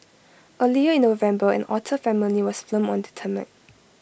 earlier in November an otter family was filmed on